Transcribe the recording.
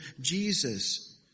Jesus